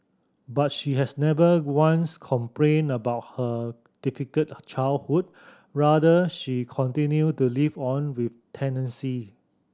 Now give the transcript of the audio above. but she has never once complained about her difficult childhood rather she continued to live on with tenacity